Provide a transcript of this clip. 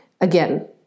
Again